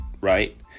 right